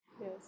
Yes